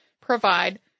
provide